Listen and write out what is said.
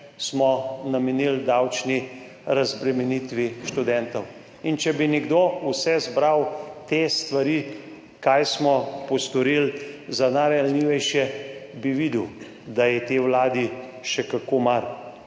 smo namenili davčni razbremenitvi študentov. In če bi nekdo zbral vse te stvari, kaj smo postorili za najranljivejše, bi videl, da je tej vladi še kako mar.